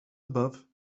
above